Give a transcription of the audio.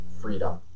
freedom